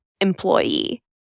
employee